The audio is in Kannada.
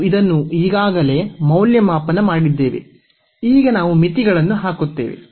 ನಾವು ಇದನ್ನು ಈಗಾಗಲೇ ಮೌಲ್ಯಮಾಪನ ಮಾಡಿದ್ದೇವೆ ಈಗ ನಾವು ಮಿತಿಗಳನ್ನು ಹಾಕುತ್ತೇವೆ